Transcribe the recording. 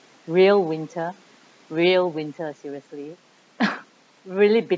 real winter real winter seriously really bit~